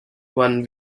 one